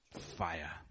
fire